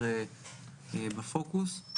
שוב, זה שאלה של תעדוף ושל תקציבים.